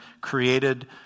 created